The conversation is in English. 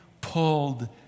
pulled